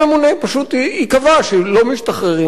פשוט ייקבע שלא משתחררים וזהו.